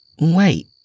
Wait